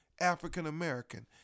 African-American